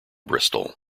bristol